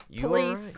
Police